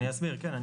כן.